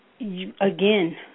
again